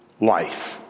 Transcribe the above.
life